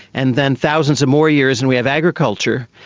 and then thousands of more years and we have agriculture.